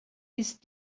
ist